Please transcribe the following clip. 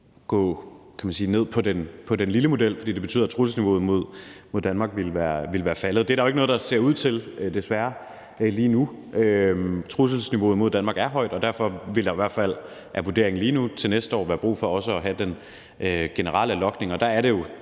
man sige, lille model, for det betyder, at trusselsniveauet mod Danmark ville være faldet. Og det ser det jo desværre ikke ud til lige nu. Trusselsniveauet mod Danmark er højt, og derfor vil der til næste år – det er i hvert fald vurderingen lige nu – være brug for også at have den generelle logning. Der er det jo